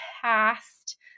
past